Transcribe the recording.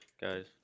guys